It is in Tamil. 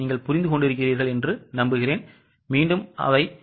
அதைப் புரிந்து கொள்கிறீர்களா